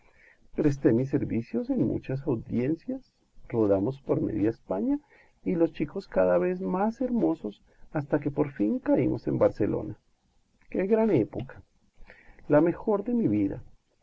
presté mis servicios en muchas audiencias rodamos por media españa y los chicos cada vez más hermosos hasta que por fin caímos en barcelona qué gran época la mejor de mi vida